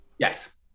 Yes